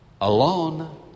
alone